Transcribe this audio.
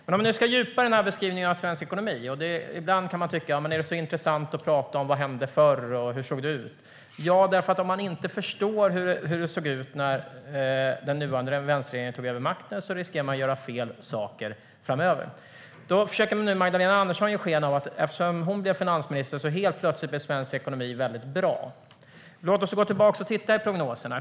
När det gäller varför det är så intressant att prata om vad som hände förr och hur det såg det ut så är det för att om man inte förstår hur det såg ut när den nuvarande vänsterregeringen tog över makten så riskerar man att göra fel saker framöver. Nu försöker Magdalena Andersson ge sken av att svensk ekonomi helt plötsligt blev väldigt bra efter det att hon blev finansminister. Låt oss därför gå tillbaka och titta i prognoserna.